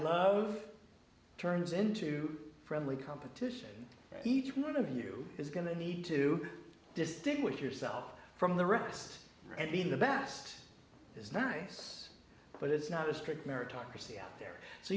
love turns into a friendly competition each one of you is going to need to distinguish yourself from the rest and be the best is nice but it's not a strict meritocracy out there so